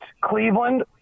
Cleveland